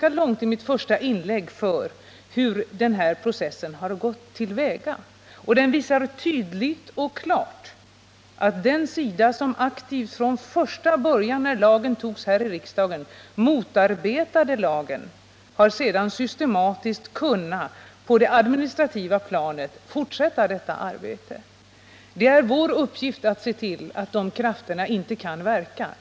Jag har i mitt första inlägg redogjort ganska ingående för den process som denna fråga genomgått, och det framgår tydligt att den sida som aktivt från första början, när lagen antogs här i riksdagen, motarbetade det hela sedan systematiskt har kunnat på det administrativa planet fortsätta detta arbete. Det är vår uppgift att se till att dessa krafter inte kan verka.